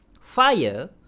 Fire